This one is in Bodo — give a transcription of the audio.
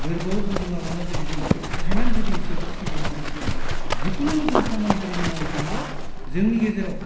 गोरबोआव बजबना लाना जुदि जों बेखौ फोथायनानै जुदि इसोरखौ सिबिनानै जुदि जों जिखुनु जों खामानिखो जुदि मावनो थाङोब्ला जोंनि गेजेराव